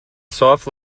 soft